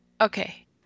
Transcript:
Okay